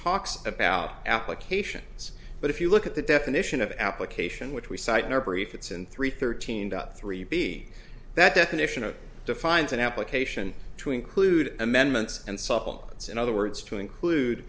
talks about applications but if you look at the definition of application which we cite in our brief it's in three thirteen three b that definition of defines an application to include amendments and supplements in other words to include